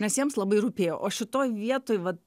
nes jiems labai rūpėjo o šitoj vietoj vat